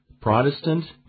Protestant